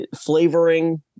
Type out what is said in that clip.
flavoring